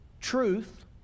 truth